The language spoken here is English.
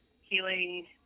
healing